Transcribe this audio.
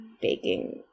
baking